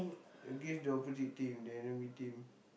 against the opposite team the enemy team